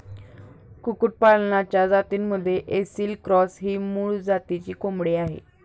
कुक्कुटपालनाच्या जातींमध्ये ऐसिल क्रॉस ही मूळ जातीची कोंबडी आहे